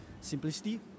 simplicity